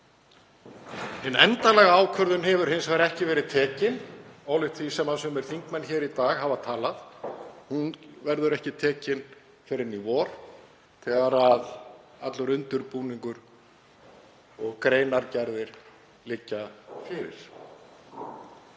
Hin endanlega ákvörðun hefur hins vegar ekki verið tekin, ólíkt því sem sumir þingmenn hér í dag hafa talað. Hún verður ekki tekin fyrr en í vor þegar allur undirbúningur og greinargerðir liggja fyrir.